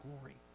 glory